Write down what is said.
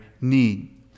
need